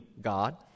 God